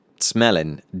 smelling